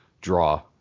draw